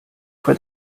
for